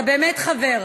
אתה באמת חבר,